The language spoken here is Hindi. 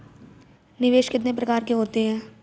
निवेश कितने प्रकार के होते हैं?